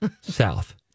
south